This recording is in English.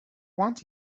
want